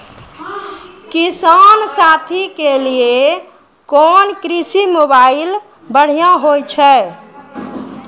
किसान साथी के लिए कोन कृषि मोबाइल बढ़िया होय छै?